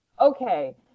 Okay